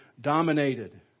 dominated